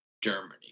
Germany